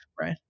right